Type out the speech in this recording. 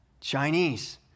Chinese